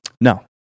No